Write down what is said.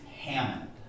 Hammond